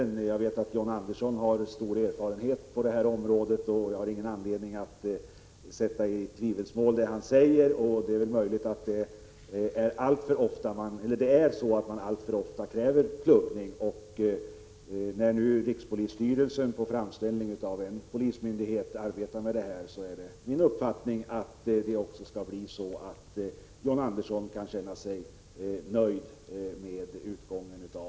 Men jag vet att John Andersson har stor erfarenhet på detta område, och jag har ingen anledning att betvivla vad han säger. Det är möjligt att det är så, att man alltför ofta kräver pluggning. På framställning av en polismyndighet arbetar ju rikspolisstyrelsen med detta, och det är min uppfattning att utgången skall bli sådan att John Andersson kan känna sig nöjd.